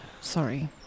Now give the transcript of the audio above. Sorry